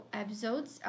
episodes